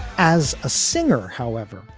as a singer however,